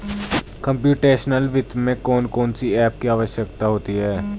computational वित्त में कौन कौन सी एप की आवश्यकता होती है